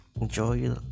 enjoy